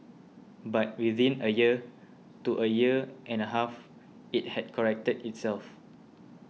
but within a year to a year and a half it had corrected itself